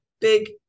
big